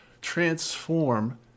transform